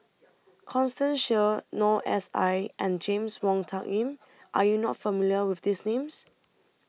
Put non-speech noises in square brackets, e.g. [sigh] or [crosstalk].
[noise] Constance Sheares Noor S I and James Wong [noise] Tuck Yim Are YOU not familiar with These Names